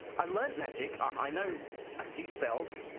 i learned magic, i know a few spells,